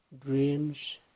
dreams